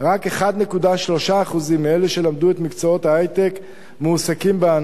רק 1.3% מאלה שלמדו את מקצועות ההיי-טק מועסקים בענף,